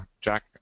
Jack